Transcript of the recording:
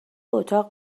اتاق